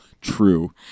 True